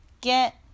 Get